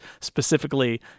specifically